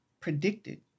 predicted